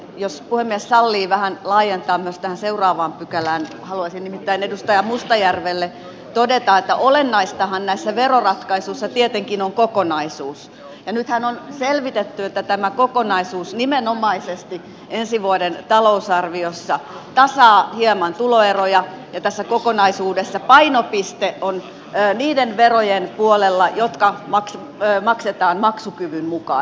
jos puhemies sallii vähän laajentaa myös tähän seuraavaan pykälään haluaisin nimittäin edustaja mustajärvelle todeta että olennaistahan näissä veroratkaisuissa tietenkin on kokonaisuus ja nythän on selvitetty että tämä kokonaisuus nimenomaisesti ensi vuoden talousarviossa tasaa hieman tuloeroja ja tässä kokonaisuudessa painopiste on niiden verojen puolella jotka maksetaan maksukyvyn mukaan